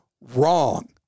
wrong